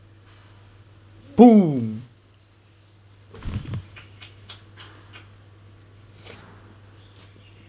boom